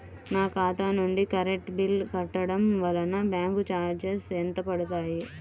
నా ఖాతా నుండి కరెంట్ బిల్ కట్టడం వలన బ్యాంకు చార్జెస్ ఎంత పడతాయా?